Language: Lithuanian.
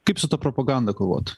kaip su ta propaganda kovot